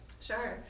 sure